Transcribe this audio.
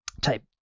type